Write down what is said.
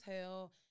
hell